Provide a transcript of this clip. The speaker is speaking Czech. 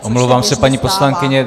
Omlouvám se, paní poslankyně.